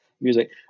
music